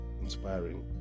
inspiring